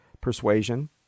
persuasion